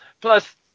plus